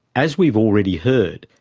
as we've already heard,